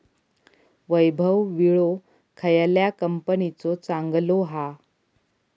वैभव विळो खयल्या कंपनीचो चांगलो हा?